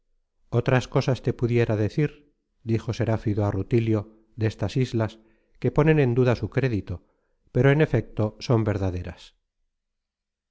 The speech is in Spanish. otras cosas te pudiera decir dijo serafido á rutilio destas islas que ponen en duda su crédito pero en efecto son verdaderas